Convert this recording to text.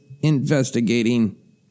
investigating